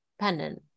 pendant